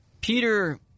Peter